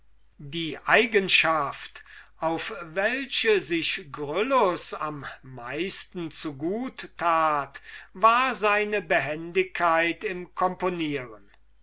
die eigenschaft auf die sich herr gryllus am meisten zu gut tat war seine behendigkeit im componieren